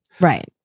Right